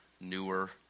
newer